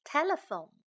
Telephone